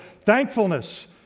Thankfulness